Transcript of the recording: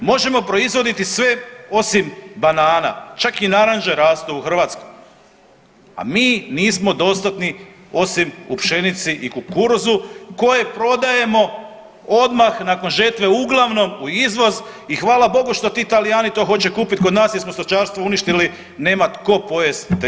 Možemo proizvoditi sve osim banana čak i naranče rastu u Hrvatskoj, a mi nismo dostatni osim u pšenici i kukuruzu koje prodajemo odmah nakon žetve uglavnom u izvoz i hvala Bogu što ti Talijani to hoće kupiti kod nas jer smo stočarstvo uništili nema tko pojest te žitarice.